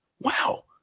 Wow